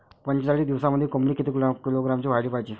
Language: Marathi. पंचेचाळीस दिवसामंदी कोंबडी किती किलोग्रॅमची व्हायले पाहीजे?